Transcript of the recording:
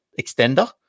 extender